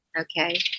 okay